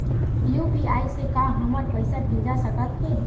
UPI से का हमर पईसा भेजा सकत हे?